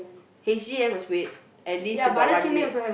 h_d that one must wait at least about one week